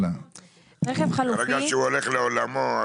ברגע שהוא הולך לעולמו,